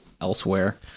elsewhere